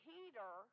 Peter